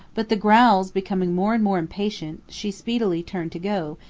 but the growls becoming more and more impatient she speedily turned to go,